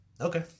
Okay